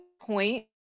point